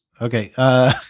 Okay